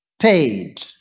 paid